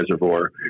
reservoir